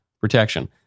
protection